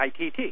ITT